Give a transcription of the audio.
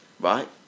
right